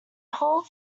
whole